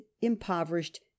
impoverished